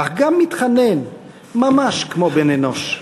אך גם מתחנן, / ממש כמו בן אנוש.